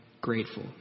grateful